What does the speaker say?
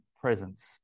presence